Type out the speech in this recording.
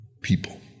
people